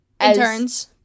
Interns